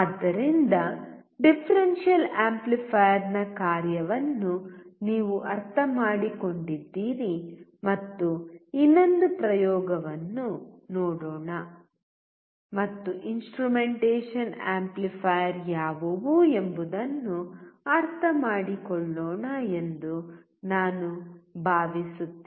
ಆದ್ದರಿಂದ ಡಿಫರೆನ್ಷಿಯಲ್ ಆಂಪ್ಲಿಫೈಯರ್ನ ಕಾರ್ಯವನ್ನು ನೀವು ಅರ್ಥಮಾಡಿಕೊಂಡಿದ್ದೀರಿ ಮತ್ತು ಇನ್ನೊಂದು ಪ್ರಯೋಗವನ್ನು ನೋಡೋಣ ಮತ್ತು ಇನ್ಸ್ಟ್ರುಮೆಂಟೇಶನ್ ಆಂಪ್ಲಿಫಯರ್ ಯಾವುವು ಎಂಬುದನ್ನು ಅರ್ಥಮಾಡಿಕೊಳ್ಳೋಣ ಎಂದು ನಾನು ಭಾವಿಸುತ್ತೇನೆ